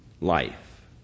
life